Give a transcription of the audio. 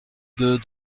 deux